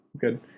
good